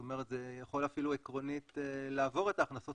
זאת אומרת זה יכול אפילו עקרונית לעבור את ההכנסות